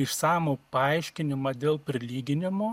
išsamų paaiškinimą dėl prilyginimo